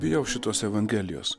bijau šitos evangelijos